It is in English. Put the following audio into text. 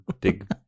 big